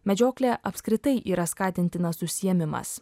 medžioklė apskritai yra skatintinas užsiėmimas